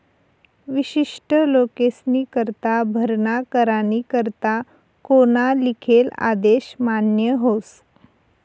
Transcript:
विशिष्ट लोकेस्नीकरता भरणा करानी करता कोना लिखेल आदेश मान्य व्हस